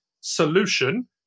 solution